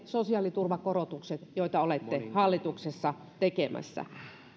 sosiaaliturvakorotukset joita olette hallituksessa tekemässä